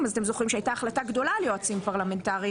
שבטח זוכרים הייתה החלטה גדולה על יועצים פרלמנטריים.